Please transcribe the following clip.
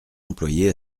employée